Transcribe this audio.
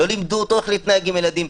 לא לימדו אותו איך להתנהג עם ילדים,